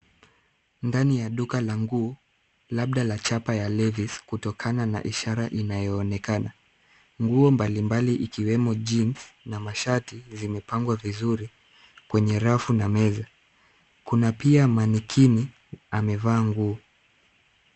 Ndani ya duka la nguo, labda la chapa la Levis , kutokana na ishara inayoonekana. Nguo mbalimbali ikiwemo jeans na mashati zimepangwa vizuri kwenye rafu na meza. Kuna pia manekini amevaa nguo.